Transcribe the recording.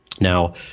now